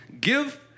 Give